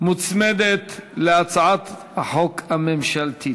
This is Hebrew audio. מוצמדת להצעת החוק הממשלתית.